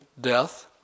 death